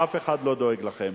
אף אחד לא דואג לכם.